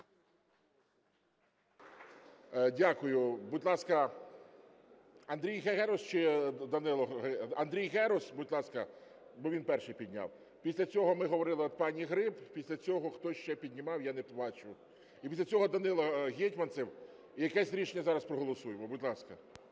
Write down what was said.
Дякую. Будь ласка, Андрій Герус чи Данило… Андрій Герус, будь ласка, бо він перший підняв. Після цього, ми говорили, от пані Гриб. Після цього хтось ще піднімав, я не побачив. І після цього Данило Гетманцев. І якесь рішення зараз проголосуємо. Будь ласка.